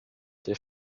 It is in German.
der